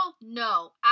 no